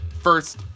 First